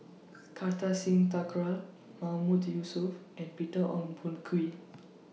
Kartar Singh Thakral Mahmood Yusof and Peter Ong Boon Kwee